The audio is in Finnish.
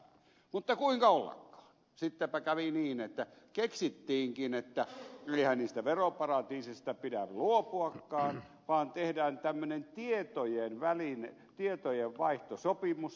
mutta kuinka ollakaan sittenpä kävi niin että keksittiinkin että eihän niistä veroparatiiseista pidä luopuakaan vaan tehdään tämmöinen tietojenvaihtosopimus niin kuin ed